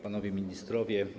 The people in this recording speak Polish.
Panowie Ministrowie!